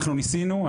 אנחנו ניסינו,